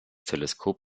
teleskop